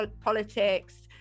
politics